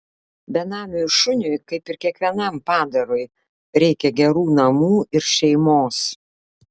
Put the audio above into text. benamiui šuniui kaip ir kiekvienam padarui reikia gerų namų ir šeimos